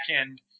end